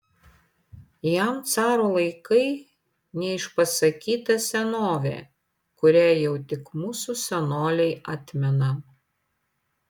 jam caro laikai neišpasakyta senovė kurią jau tik mūsų senoliai atmena